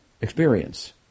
experience